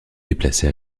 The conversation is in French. déplacé